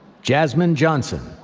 jasmine johnson.